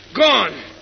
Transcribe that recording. Gone